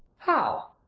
how!